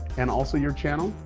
and also your channel?